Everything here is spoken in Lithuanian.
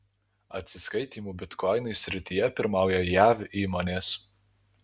atsiskaitymų bitkoinais srityje pirmauja jav įmonės